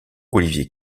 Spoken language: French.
olivier